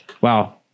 wow